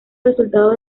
resultados